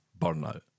burnout